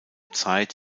zeit